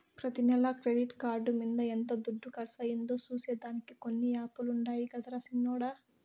ప్రతి నెల credit card మింద ఎంత దుడ్డు కర్సయిందో సూసే దానికి కొన్ని యాపులుండాయి గదరా సిన్నోడ